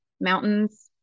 mountains